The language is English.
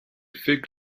fig